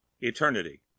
Eternity